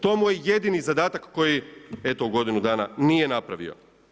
To mu je jedini zadatak koji eto, godinu dana nije napravio.